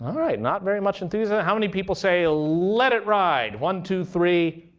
all right. not very much enthusiasm. how many people say, let it ride? one, two, three.